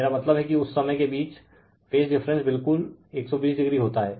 मेरा मतलब हैं कि उस समय के बीच फेज डिफरेंस बिल्कुल 120o होता हैं